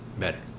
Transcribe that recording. better